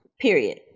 period